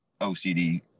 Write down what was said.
OCD